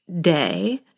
day